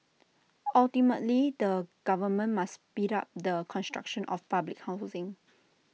ultimately the government must speed up the construction of public housing